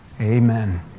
Amen